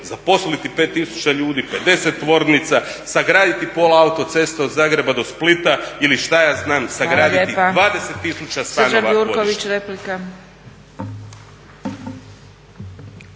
zaposliti 5 tisuća ljudi, 50 tvornica, sagraditi pola autoceste od Zagreba do Splita ili šta ja znam sagraditi 20 tisuća stanova godišnje.